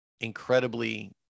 incredibly